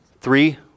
three